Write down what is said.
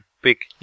big